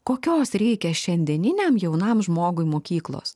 kokios reikia šiandieniniam jaunam žmogui mokyklos